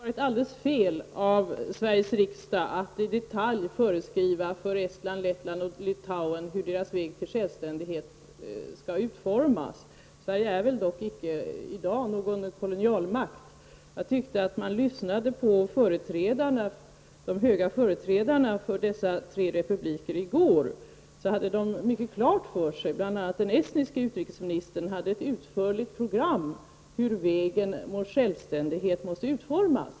Herr talman! Det hade varit alldeles fel av Sveriges riksdag att i detalj föreskriva för Estland, Lettland och Litauen hur deras väg till självständighet skall utformas. Sverige är dock inte i dag någon kolonialmakt. När jag lyssnade på vad de höga företrädarna för dessa tre republiker sade i går, hade de mycket klart för sig — bl.a. den estniske utrikesministern hade ett utförligt program — hur vägen mot självständighet måste utformas.